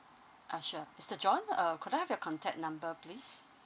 ah sure mister john uh could I have your contact number please